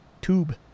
tube